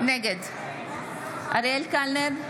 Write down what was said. נגד אריאל קלנר,